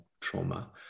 trauma